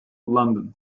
london